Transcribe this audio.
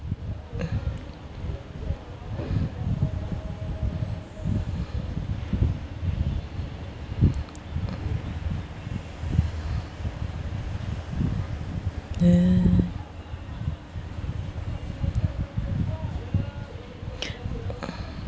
uh